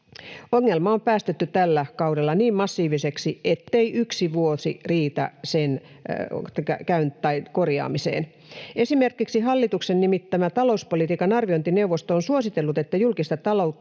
Ongelma on päästetty tällä kaudella niin massiiviseksi, ettei yksi vuosi riitä sen korjaamiseen. Esimerkiksi hallituksen nimittämä talouspolitiikan arviointineuvosto on suositellut, että julkista taloutta